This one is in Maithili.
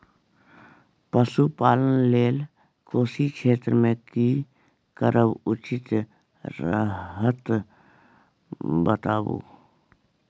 पशुपालन लेल कोशी क्षेत्र मे की करब उचित रहत बताबू?